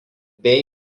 bei